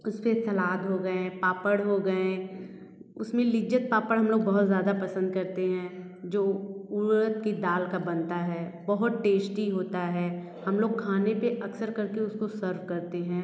उस पर सलाद हो गए पापड़ हो गएँ उसमें लिज्जत पापड़ हम लोग बहुत ज़्यादा पसंद करते हैं जो उड़द की दाल का बनता है बहुत टेश्टी होता है हम लोग खाने पर अक्सर कर के उसको सर्व करते हैं